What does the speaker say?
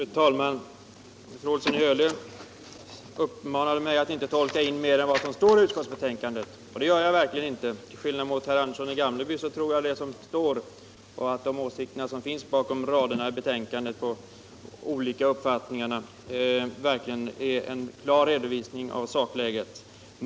Fru talman! Fru Olsson i Hölö uppmanade mig att inte tolka in mer än vad som står i utskottsbetänkandet. Det gör jag heller inte. Till skillnad mot herr Andersson i Gamleby tror jag att det som står i betänkandet verkligen är en klar redovisning av sakläget och att de olika åsikter som finns bakom raderna i betänkandet är de verkliga.